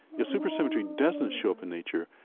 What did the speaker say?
if supersymmetry doesn't show up in nature,